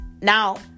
now